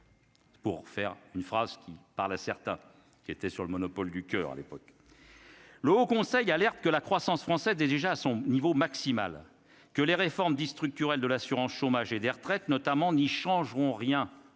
Pour faire une phrase qui, par certains qui étaient sur le monopole du coeur à l'époque. Le Haut Conseil herbe que la croissance française est déjà à son niveau maximal que les réformes dit structurel de l'assurance chômage et des retraites notamment n'y changeront rien ou